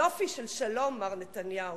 יופי של שלום, מר נתניהו,